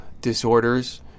disorders